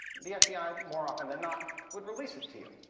the fbi, more often than not, would release it to you.